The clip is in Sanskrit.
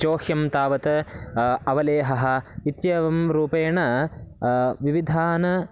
चोह्यं तावत् अवलेहः इत्येवं रूपेण विविधान्